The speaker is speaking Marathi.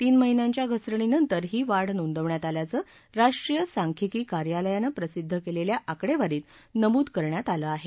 तीन महिन्याच्या घसरणीनंतर ही वाढ नोंदवण्यात आल्याचं राष्ट्रीय सांख्यिकी कार्यालयानं प्रसिद्ध केलेल्या आकडेवारीत नमूद करण्यात आलं आहे